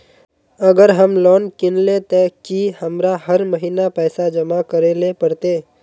अगर हम लोन किनले ते की हमरा हर महीना पैसा जमा करे ले पड़ते?